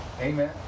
Amen